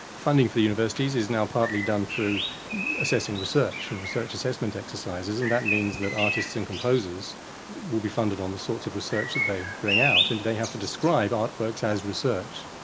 funding for the universities is now partly done through assessing research and research assessment exercises, and that means that artists and composers will be funded on the sort of research that they bring out, and that they have to describe artworks as research.